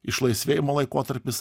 išlaisvėjimo laikotarpis